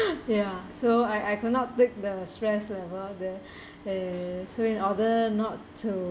ya so I I could not take the stress level there uh so in order not to